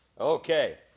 Okay